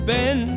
Ben